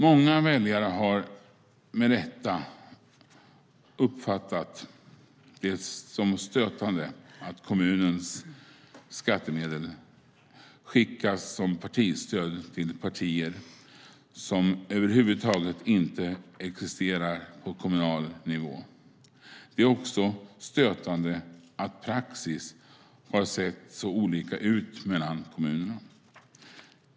Många väljare har med rätta uppfattat det som stötande att kommunens skattemedel skickas som partistöd till partier som över huvud taget inte existerar på kommunal nivå. Det är också stötande att praxis har sett så olika ut mellan kommunerna.